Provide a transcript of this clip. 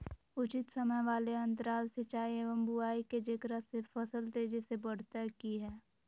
उचित समय वाले अंतराल सिंचाई एवं बुआई के जेकरा से फसल तेजी से बढ़तै कि हेय?